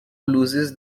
loses